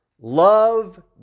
Love